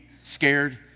scared